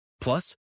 Plus